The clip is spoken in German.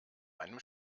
einem